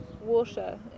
water